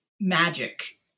magic